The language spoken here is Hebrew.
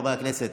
חברי הכנסת,